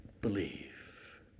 believe